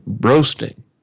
roasting